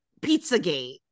pizzagate